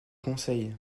conseils